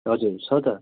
हजुर छ त